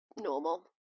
Normal